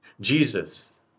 Jesus